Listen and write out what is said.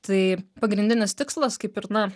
tai pagrindinis tikslas kaip ir na